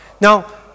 Now